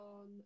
on